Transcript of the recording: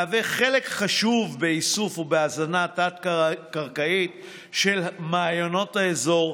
מהווה חלק חשוב באיסוף ובהזנה תת-קרקעית של מעיינות האזור,